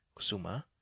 Kusuma